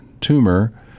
tumor